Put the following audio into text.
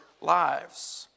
lives